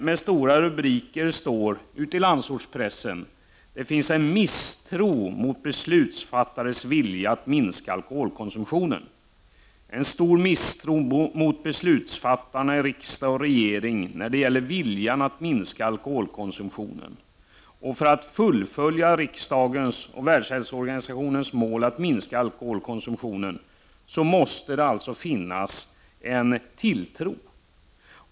Med stora rubriker står i landsortspressen att det finns en misstro mot beslutsfattarna i riksdag och regering när det gäller viljan att minska alkoholkonsumtionen. För att vi skall kunna uppnå riksdagens och Världshälsoorganisationens mål att minska alkoholkonsumtionen måste det alltså finnas en tilltro.